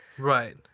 right